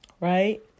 right